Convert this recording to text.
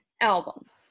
albums